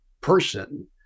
person